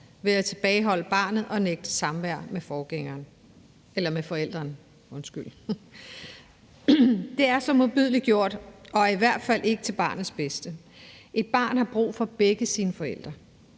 ved at tilbageholde barnet og nægte samvær med den anden forælder. Det er så modbydeligt gjort og er i hvert fald ikke til barnets bedste. Et barn har brug for begge sine forældre,